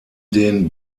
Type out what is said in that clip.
den